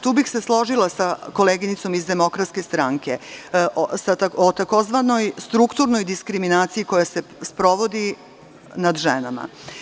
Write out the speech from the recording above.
Tu bih se složila sa koleginicom iz DS o takozvanoj strukturnoj diskriminaciji koja se sprovodi nad ženama.